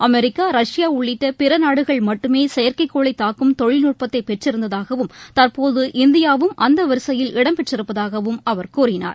America Russia உள்ளிட்ட பிற நாடுகள் மட்டுமே செயற்கைக்கோளை தாக்கும் தொழில்நுட்பத்தை பெற்றிருந்ததாகவும் தற்போது இந்தியாவும் அந்த வரிசையில் இடம்பெற்றிருப்பதாகவும் அவர் கூறினார்